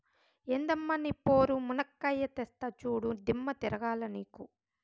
ఎందమ్మ నీ పోరు, మునక్కాయా తెస్తా చూడు, దిమ్మ తిరగాల నీకు